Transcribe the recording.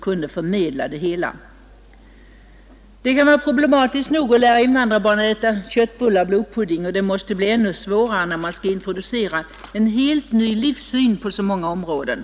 Det kan vara problematiskt nog att lära invandrarbarnen att äta köttbullar och blodpudding, och det måste vara ännu svårare att introducera en helt ny livssyn på många områden.